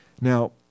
Now